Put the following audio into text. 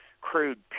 crude